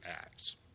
acts